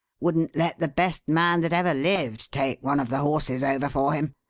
wouldn't let the best man that ever lived take one of the horses over for him.